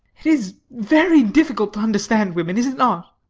it is very difficult to understand women, is it not?